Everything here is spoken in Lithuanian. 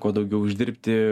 kuo daugiau uždirbti